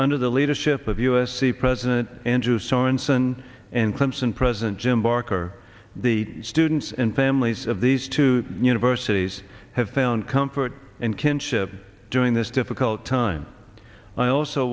under the leadership of u s c president andrew sorenson and clemson president jim barker the students and families of these two universities have found comfort and kinship during this difficult time i also